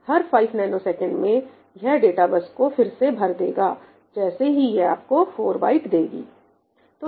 इसलिए हर 5ns में यह डाटा बस को फिर से भर देगा जैसे ही यह आपको 4 बाइट byte देगी